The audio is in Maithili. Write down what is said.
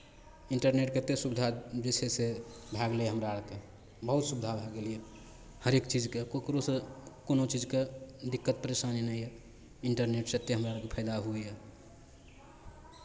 इन्टरनेटके एतेक सुविधा जे छै से भए गेलै हमरा आरकेँ बहुत सुविधा भए गेलैए हरेक चीजके ककरोसँ कोनो चीजके दिक्कत परेशानी नहि यए इन्टरनेटसँ एतेक हमरा आरकेँ फाइदा होइए